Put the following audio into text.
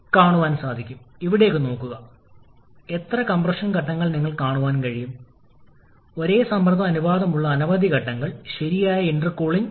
അതിനാൽ ഡയഗ്രാമിൽ point number 1 കാണുന്നില്ല അതിനാൽ ഇത് നിങ്ങളുടെ പോയിന്റ് നമ്പർ 1 ആയതിനാൽ നമ്മൾക്ക് ഉണ്ട് 𝜂𝑐 0